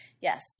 Yes